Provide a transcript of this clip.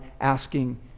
asking